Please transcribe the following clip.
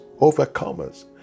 overcomers